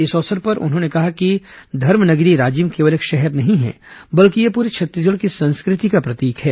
इस अवसर पर उन्होंने कहा कि धर्म नगरी राजिम केवल एक शहर नहीं है बल्कि यह पूरे छत्तीसगढ़ की संस्कृति का प्रतीक है